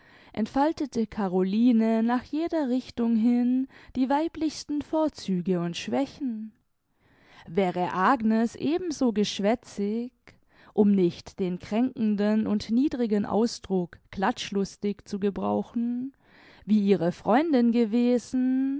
entfaltete caroline nach jeder richtung hin die weiblichsten vorzüge und schwächen wäre agnes eben so geschwätzig um nicht den kränkenden und niedrigen ausdruck klatschlustig zu gebrauchen wie ihre freundin gewesen